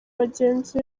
bagenzi